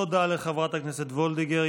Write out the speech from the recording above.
תודה לחברת הכנסת וולדיגר.